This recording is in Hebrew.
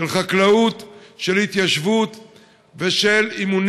חברי הכנסת, התקיים היום דיון